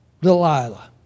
Delilah